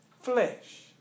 flesh